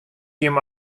jim